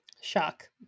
Shock